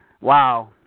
wow